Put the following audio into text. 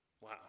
Wow